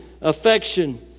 affection